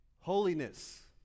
holiness